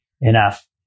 enough